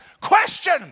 question